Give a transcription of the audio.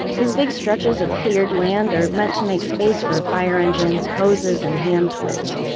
these big stretches of cleared land are meant to make space for fire engines, hoses and hand-tools.